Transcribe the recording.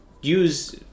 use